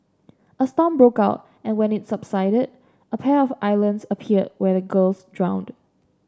a storm broke out and when it subsided a pair of islands appeared where the girls drowned